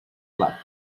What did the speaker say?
luck